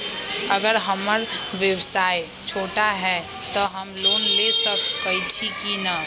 अगर हमर व्यवसाय छोटा है त हम लोन ले सकईछी की न?